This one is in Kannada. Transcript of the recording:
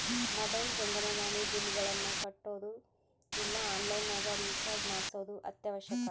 ಮೊಬೈಲ್ ಜಂಗಮವಾಣಿ ಬಿಲ್ಲ್ಗಳನ್ನ ಕಟ್ಟೊದು ಇಲ್ಲ ಆನ್ಲೈನ್ ನಗ ರಿಚಾರ್ಜ್ ಮಾಡ್ಸೊದು ಅತ್ಯವಶ್ಯಕ